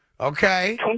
Okay